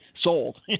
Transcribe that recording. sold